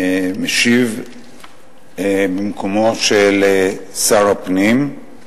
משיב במקומו של שר הפנים.